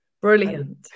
Brilliant